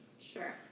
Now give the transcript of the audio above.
Sure